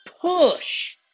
push